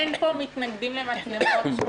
אין פה מתנגדים למצלמות.